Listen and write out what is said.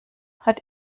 hat